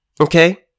Okay